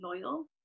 loyal